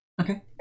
Okay